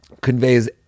conveys